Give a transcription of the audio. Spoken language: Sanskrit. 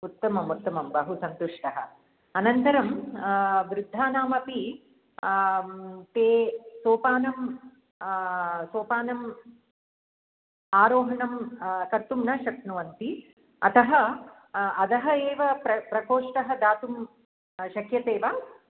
उत्तमम् उत्तमं बहुसन्तुष्टः अनन्तरं वृद्धानामपि ते सोपानं सोपानम् आरोहणं कर्तुं न शक्नुवन्ति अतः अदः एव प्र प्रकोष्टः दातुं शक्यते वा